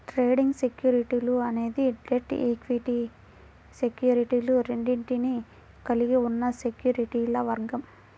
trading సెక్యూరిటీలు అనేది debt, equity సెక్యూరిటీలు రెండింటినీ కలిగి ఉన్న సెక్యూరిటీల వర్గం